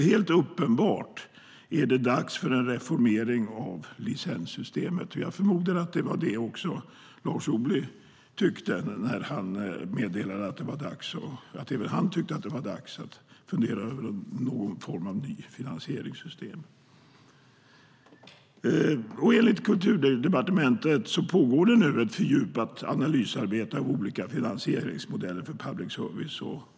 Helt uppenbart är det dags för en reformering av licenssystemet. Jag förmodar att det var det Lars Ohly tyckte när han meddelade att också han ansåg att det var dags att fundera över någon form av nytt finansieringssystem. Enligt Kulturdepartementet pågår nu ett fördjupat analysarbete av olika finansieringsmodeller för public service.